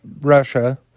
Russia